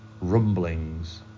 rumblings